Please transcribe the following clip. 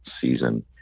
season